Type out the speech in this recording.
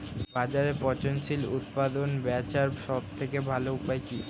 বাজারে পচনশীল উৎপাদন বেচার সবথেকে ভালো উপায় কি?